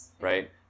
right